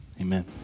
amen